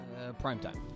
Primetime